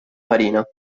farina